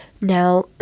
now